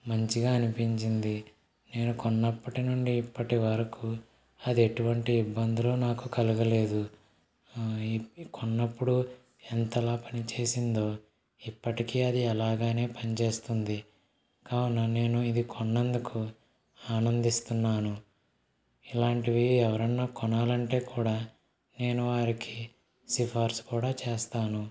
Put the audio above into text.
మంచిగా అనిపించింది నేను కొన్నప్పటి నుండి ఇప్పటివరకు అది ఎటువంటి ఇబ్బందులు నాకు కలగలేదు ఈ కొన్నప్పుడు ఎంతగా పనిచేసిందో ఇప్పటికే అది అలాగానే పనిచేస్తుంది కావున నేను ఇది కొన్నందుకు ఆనందిస్తున్నాను ఇలాంటివి ఎవరన్నా కొనాలంటే కూడా నేను వారికి సిఫార్సు కూడా చేస్తాను